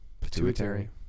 Pituitary